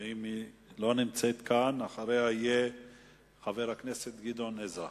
אם היא לא תהיה כאן, חבר הכנסת גדעון עזרא.